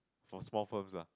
for small firms lah